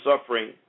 suffering